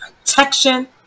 protection